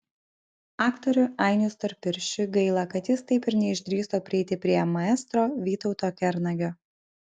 aktoriui ainiui storpirščiui gaila kad jis taip ir neišdrįso prieiti prie maestro vytauto kernagio